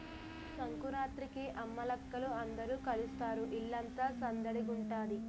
సంకురాత్రికి అమ్మలక్కల అందరూ కలుస్తారు ఇల్లంతా సందడిగుంతాది